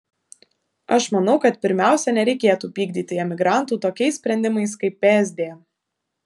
aš manau kad pirmiausia nereikėtų pykdyti emigrantų tokiais sprendimais kaip psd